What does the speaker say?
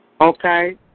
Okay